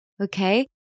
Okay